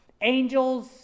angels